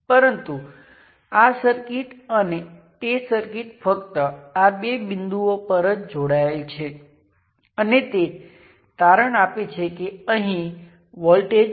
પરંતુ જો તમારી પાસે એક સર્કિટ છે જેના માટે તે બધાને ડિફાઇન કરવામાં આવે છે તો તે બધા સમાન વર્ણનો છે